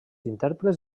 intèrprets